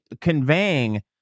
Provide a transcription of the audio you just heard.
conveying